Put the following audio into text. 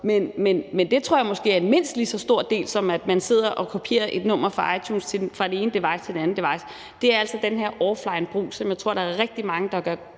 at det udgør en mindst lige så stor del, som at man sidder og kopierer et nummer fra iTunes fra det ene device til det andet device. Det er altså den her offlinebrug, som jeg tror der er rigtig mange der gør brug